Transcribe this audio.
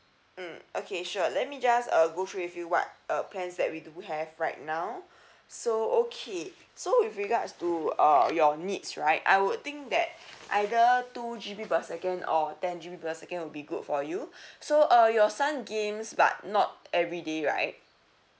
mm okay sure let me just uh go through with you what uh plans that we do have right now so okay so with regards to uh your needs right I would think that either two G_B per second or ten G_B per second will be good for you so uh your son games but not everyday right